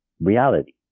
reality